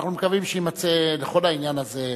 אנחנו מקווים שיימצא לכל העניין הזה,